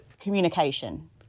communication